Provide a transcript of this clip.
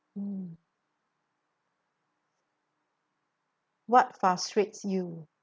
mm what frustrates you